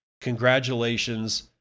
Congratulations